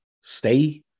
Stay